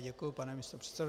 Děkuji, pane místopředsedo.